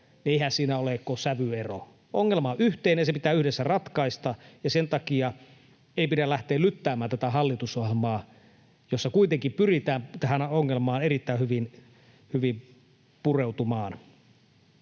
eihän siinä ole kuin sävyero. Ongelma on yhteinen, se pitää yhdessä ratkaista, ja sen takia ei pidä lähteä lyttäämään tätä hallitusohjelmaa, jossa kuitenkin pyritään tähän ongelmaan erittäin hyvin pureutumaan.